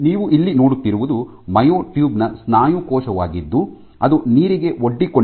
ನೀವು ಇಲ್ಲಿ ನೋಡುತ್ತಿರುವುದು ಮಯೋ ಟ್ಯೂಬ್ ನ ಸ್ನಾಯು ಕೋಶವಾಗಿದ್ದು ಅದು ನೀರಿಗೆ ಒಡ್ಡಿಕೊಂಡ ಇನ್ವಿಟ್ರೊ ಮಯೋ ಟೂಬ್ ಆಗಿದೆ